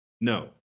no